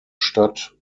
statt